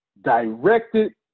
directed